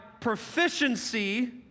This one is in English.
proficiency